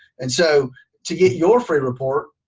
and so to get your free report,